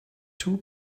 two